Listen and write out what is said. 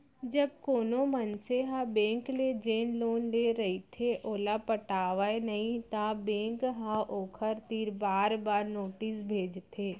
जब कोनो मनसे ह बेंक ले जेन लोन ले रहिथे ओला पटावय नइ त बेंक ह ओखर तीर बार बार नोटिस भेजथे